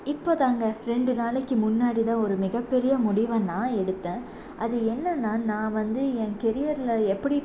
இப்போதாங்க ரெண்டு நாளைக்கு முன்னாடி தான் ஒரு மிகப்பெரிய முடிவை நான் எடுத்தேன் அது என்னன்னா நான் வந்து என் கேரியரில் எப்படி